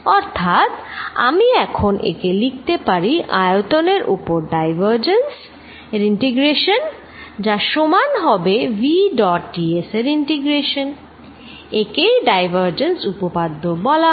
অর্থাৎ আমি এখন একে লিখতে পারি আয়তনের ওপর ডাইভারজেন্স এর ইন্টিগ্রেশন যা সমান হবে v ডট d s এর ইন্টিগ্রেশন একেই ডাইভারজেন্স উপপাদ্য বলা হয়